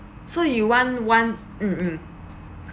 so you want one mm mm